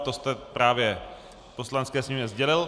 To jste právě Poslanecké sněmovně sdělil.